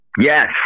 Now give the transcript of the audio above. Yes